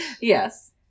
Yes